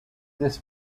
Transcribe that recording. this